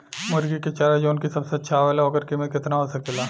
मुर्गी के चारा जवन की सबसे अच्छा आवेला ओकर कीमत केतना हो सकेला?